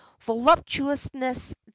voluptuousness